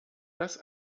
das